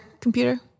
computer